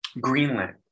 Greenland